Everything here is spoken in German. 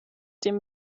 dem